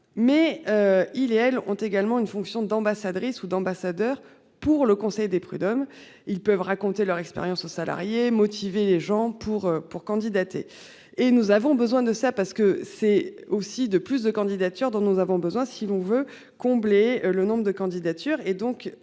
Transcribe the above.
mais il et elle ont également une fonction d'ambassadrice ou d'ambassadeur pour le conseil des prud'hommes ils peuvent raconter leur expérience aux salariés motiver les gens pour pour candidater et nous avons besoin de ça parce que c'est aussi de plus de candidatures dont nous avons besoin si l'on veut combler le nombre de candidatures et donc